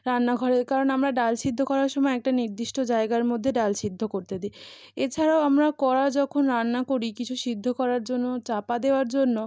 রান্নাঘরে কারণ আমরা ডাল সিদ্ধ করার সময় একটা নির্দিষ্ট জায়গার মধ্যে ডাল সিদ্ধ করতে দিই এছাড়াও আমরা কড়া যখন রান্না করি কিছু সিদ্ধ করার জন্য চাপা দেওয়ার জন্য